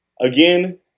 again